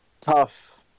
tough